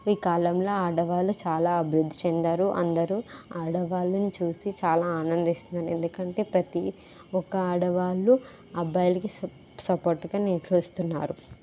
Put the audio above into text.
ఈ కాలంలో ఆడవాళ్ళు చాలా అభివృద్ధి చెందారు అందరు ఆడవాళ్ళను చూసి చాలా ఆనందిస్తున్నారు ఎందుకంటే ప్రతి ఒక్క ఆడవాళ్ళు అబ్బాయిలకి స సపోర్టుగా నిలుచు కొస్తున్నారు